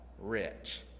rich